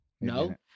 No